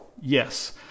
Yes